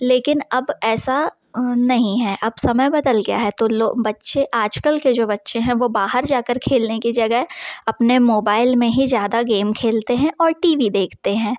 लेकिन अब ऐसा नहीं है अब समय बदल गया है तो लोग बच्चे आज कल के जो बच्चे हैं वो बाहर जा कर खेलने की जगह अपने मोबाइल में ही ज़्यादा गेम खेलते हैं और टी वी देखते हैं